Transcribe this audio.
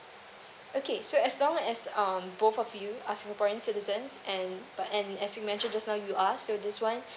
okay so as long as um both of you are singaporean citizens and but and as you mention just now you are so this one